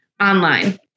online